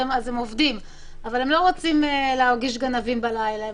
הם לא רוצים להרגיש גנבים בלילה,